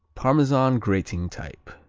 parmesan grating type.